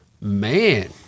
man